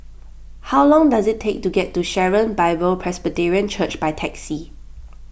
how long does it take to get to Sharon Bible Presbyterian Church by taxi